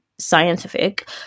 scientific